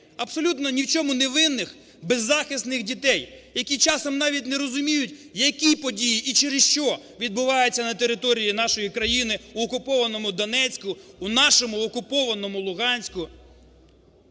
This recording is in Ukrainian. абсолютно ні в чому не винних беззахисних дітей, які часом навіть не розуміють, які події і через що відбуваються на території нашої країни в окупованому Донецьку, у нашому окупованому Луганську.